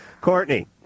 Courtney